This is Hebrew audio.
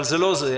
אבל זה לא זה.